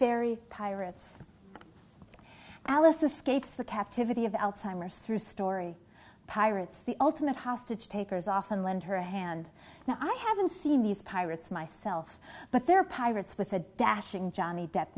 fairy pirates alice escapes the captivity of alzheimer's through story pirates the ultimate hostage takers often lend her hand now i haven't seen these pirates myself but they're pirates with a dashing johnny depp